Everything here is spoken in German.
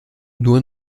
nur